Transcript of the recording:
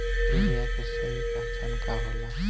Urea के सही पहचान का होला?